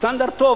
סטנדרט טוב,